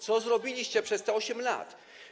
Co zrobiliście przez te 8 lat?